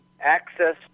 access